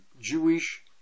Jewish